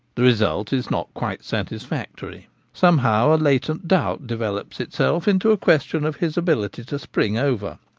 the result is not quite satisfactory some how a latent doubt develops itself into a question of his ability to spring over.